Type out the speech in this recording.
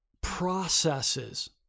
processes